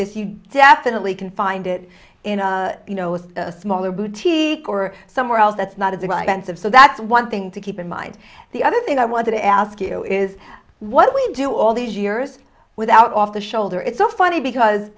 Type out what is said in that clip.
this you definitely can find it in a smaller boutique or somewhere else that's not a developments of so that's one thing to keep in mind the other thing i wanted to ask you is what we do all these years without off the shoulder it's so funny because